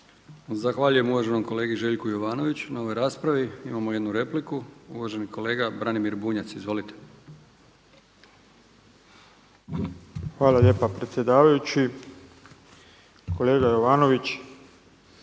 Zahvaljujem uvaženom kolegi Željku Jovanoviću na ovoj raspravi. Imamo jednu repliku, uvaženi kolega Branimir Bunjac. Izvolite. **Bunjac, Branimir (Živi zid)** Hvala lijepa predsjedavajući. Kolega Jovanović,